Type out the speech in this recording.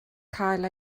cael